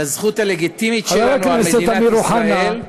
לזכות הלגיטימית שלנו על מדינת ישראל,